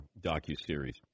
docuseries